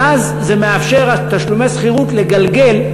ואז זה מאפשר את תשלומי שכירות לגלגל,